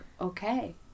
okay